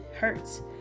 hurts